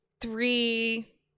three